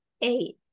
eight